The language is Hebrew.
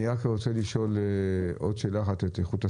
אני רוצה לשאול עוד שאלה אחת את איכות הסביבה,